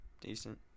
Decent